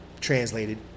translated